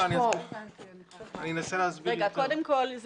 קודם כל,